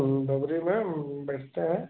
बोगरी में हम बैठते हैं